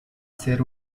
ser